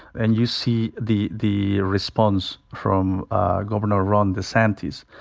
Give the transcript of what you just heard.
and you see the the response from governor ron desantis.